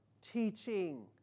teaching